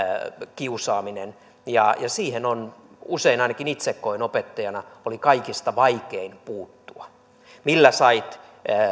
kiusaaminen siihen on usein ainakin itse koin niin opettajana kaikista vaikeinta puuttua millä sait